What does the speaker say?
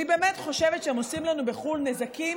אני באמת חושבת שהם עושים לנו בחו"ל נזקים